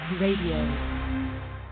radio